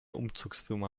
umzugsfirma